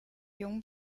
jung